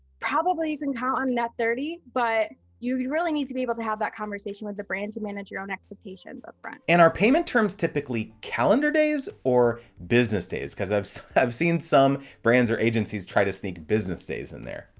probably you can count on net thirty, but you'd really need to be able to have that conversation with the brand to manage your own expectations upfront. and are payment terms typically calendar days or business days? cause i've so i've seen some brands or agencies try to sneak business days in there.